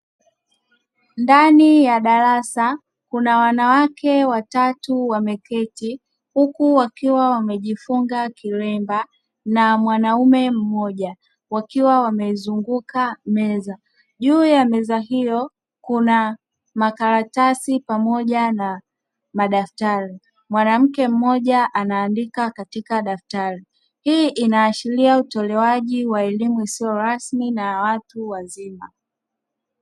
Ndani ya darasa kuna wanawake watatu wameketi huku wakiwa wamejifunga kilemba na mwanaume mmoja wakiwa wameizunguka meza, juu ya meza hiyo kuna makaratasi pamoja na madaftari mwanamke mmoja anaandika katika daftari, hii inaashiria utolewaji wa elimu isiyo rasmi na ya watu wazima.